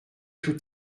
tous